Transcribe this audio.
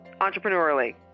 entrepreneurially